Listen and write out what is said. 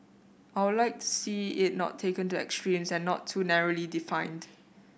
I'll like to see it not taken to extremes and not too narrowly defined